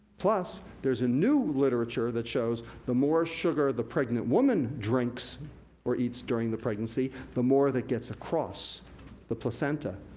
plus, there's a new literature that shows the more sugar the pregnant woman drinks or eats during the pregnancy, the more that gets across the placenta,